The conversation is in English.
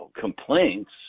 complaints